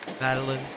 Madeline